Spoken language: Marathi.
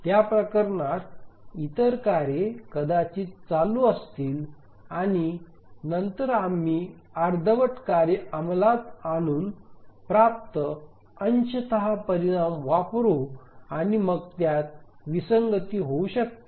त्या प्रकरणात इतर कार्ये कदाचित चालू असतील आणि नंतर आम्ही अर्धवट कार्य अंमलात आणून प्राप्त अंशतः परिणाम वापरू आणि मग त्यात विसंगती होऊ शकते